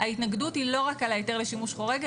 ההתנגדות היא לא רק על ההיתר לשימוש חורג,